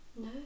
no